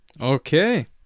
Okay